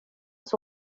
was